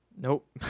nope